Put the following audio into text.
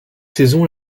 saison